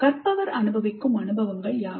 கற்பவர் அனுபவிக்கும் அனுபவங்கள் யாவை